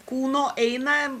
kūno eina